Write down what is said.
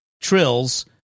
trills